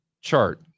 chart